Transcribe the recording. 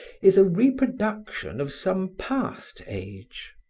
is a reproduction of some past age.